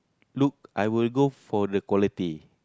look I would go for the quality